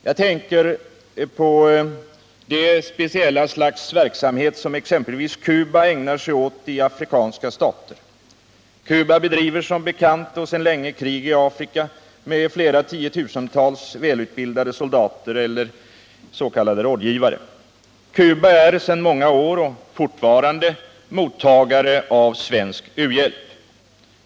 Jag tänker på det speciella slags verksamhet som exempelvis Cuba ägnar sig åt i afrikanska stater. Cuba bedriver som bekant och sedan länge krig i Afrika med flera tiotusentals välutbildade soldater eller s.k. rådgivare. Cuba är sedan många år — och fortfarande — mottagare av svensk u-hjälp.